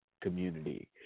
community